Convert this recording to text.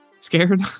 Scared